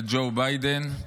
לג'ו ביידן,